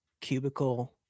cubicle